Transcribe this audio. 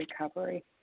recovery